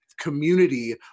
community